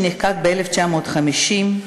שנחקק ב-1950,